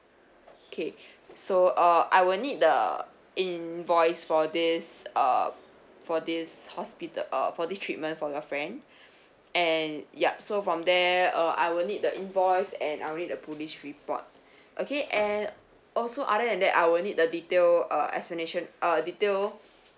okay so uh I will need the invoice for this uh for this hospital uh for this treatment for your friend and yup so from there uh I will need the invoice and I will need the police report okay and also other than that I will need the detailed uh explanation uh detail